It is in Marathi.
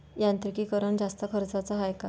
यांत्रिकीकरण जास्त खर्चाचं हाये का?